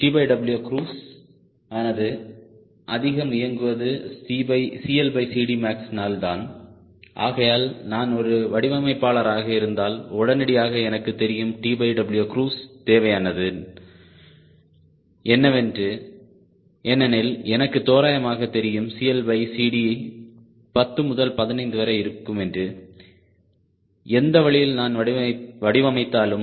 TW cruise ஆனது அதிகம் இயங்குவதுmax னால் தான் ஆகையால் நான் ஒரு வடிவமைப்பாளராக இருந்தால் உடனடியாக எனக்கு தெரியும் TW க்ரூஸ் தேவையானது என்னவென்று ஏனெனில் எனக்கு தோராயமாக தெரியும் 10 முதல் 15 வரை இருக்கும் என்று எந்த வழியில் நான் வடிவமைத்தாலும்